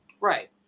Right